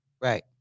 right